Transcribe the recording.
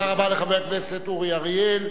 תודה רבה לחבר הכנסת אורי אריאל.